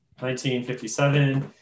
1957